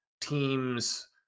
teams